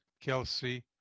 Kelsey